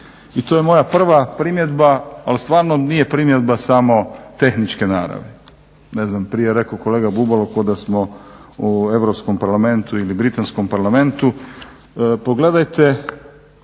i to je moja prva primjedba ali stvarno nije primjedba samo tehničke naravi. Ne znam, prije je rekao kolega Bubalo kao da smo u Europskom parlamentu ili britanskom parlamentu. Pogledajte